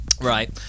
Right